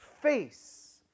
face